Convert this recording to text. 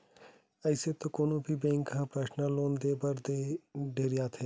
अइसे तो कोनो भी बेंक ह परसनल लोन देय बर ढेरियाथे